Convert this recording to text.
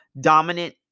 dominant